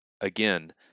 again